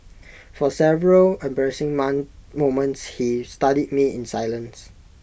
for several embarrassing moments he studied me in silence